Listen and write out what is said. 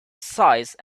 size